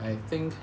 I think